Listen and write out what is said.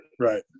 Right